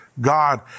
God